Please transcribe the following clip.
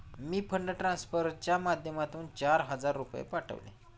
मी fund ट्रान्सफरच्या माध्यमातून चार हजार रुपये पाठवले